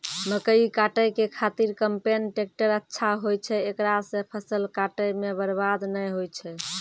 मकई काटै के खातिर कम्पेन टेकटर अच्छा होय छै ऐकरा से फसल काटै मे बरवाद नैय होय छै?